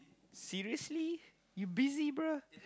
seriously you busy bruh